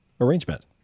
arrangement